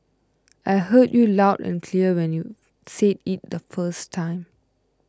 I heard you loud and clear when you said it the first time